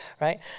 right